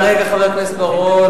חבר הכנסת בר-און,